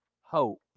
hope